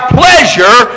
pleasure